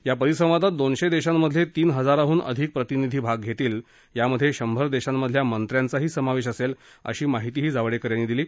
या परिसंवादात दोनशे देशांमधले तीन हजाराहून अधिक प्रतिनिधी भाग घेतील त्यात शंभर देशांतल्या मंत्र्यांचाही समावेश असेल अशी माहितीही जावडेकर यांनी दिली